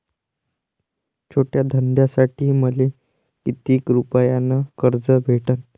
छोट्या धंद्यासाठी मले कितीक रुपयानं कर्ज भेटन?